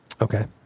Okay